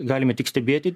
galime tik stebėti